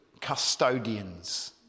custodians